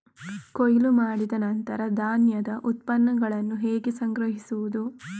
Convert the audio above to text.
ಕೊಯ್ಲು ಮಾಡಿದ ನಂತರ ಧಾನ್ಯದ ಉತ್ಪನ್ನಗಳನ್ನು ಹೇಗೆ ಸಂಗ್ರಹಿಸುವುದು?